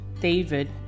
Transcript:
David